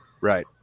Right